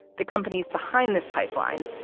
the companies behind this pipeline,